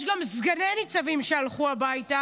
יש גם סגני ניצבים שהלכו הביתה.